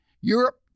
Europe